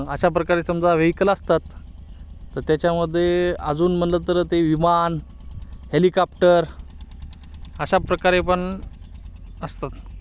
अशा प्रकारे समजा वेहिकल असतात तर त्याच्यामध्ये अजून म्हटलं तर ते विमान हेलिकॉप्टर अशा प्रकारे पण असतात